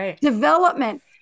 development